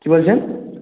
কি বলছেন